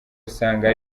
usanga